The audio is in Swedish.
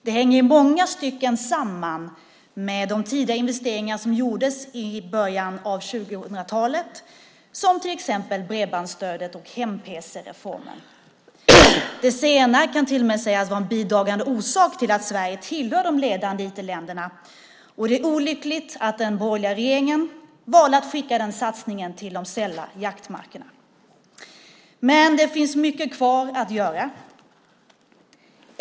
Det hänger i många stycken samman med de investeringar som gjordes i början av 2000-talet, till exempel bredbandsstödet och hem-pc-reformen. Det senare kan till och med sägas vara en bidragande orsak till att Sverige tillhör de ledande IT-länderna. Det är olyckligt att den borgerliga regeringen valde att skicka den satsningen till de sälla jaktmarkerna. Men det finns mycket kvar att göra.